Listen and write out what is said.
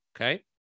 okay